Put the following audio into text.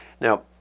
Now